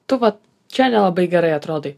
tu vat čia nelabai gerai atrodai